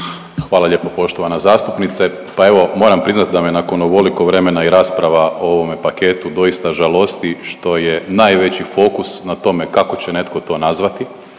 Hvala lijepa poštovana zastupnice. Pa evo moram priznat da me nakon ovoliko vremena i rasprava o ovome paketu doista žalosti što je najveći fokus na tome kako će to netko nazvati